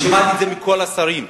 שמעתי את זה מכל השרים,